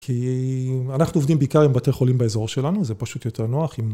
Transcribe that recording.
כי אנחנו עובדים בעיקר עם בתי חולים באזור שלנו, זה פשוט יותר נוח אם...